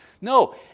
No